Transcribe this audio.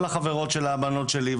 כל החברות של הבנות שלי,